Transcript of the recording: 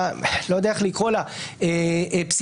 לא יודע איך לקרוא לה פסיכולוגית.